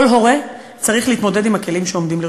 כל הורה צריך להתמודד עם הכלים שעומדים לרשותו.